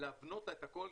להבנות לה את הכול,